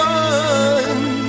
one